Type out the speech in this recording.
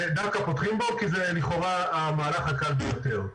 ודווקא פותחים בו כי זה לכאורה המהלך הקל ביותר.